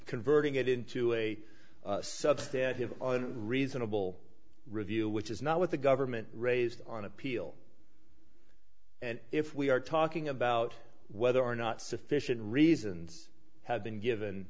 converting it into a substantive reasonable review which is not what the government raised on appeal and if we are talking about whether or not sufficient reasons have been given